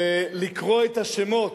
ולקרוא את השמות,